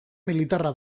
militarra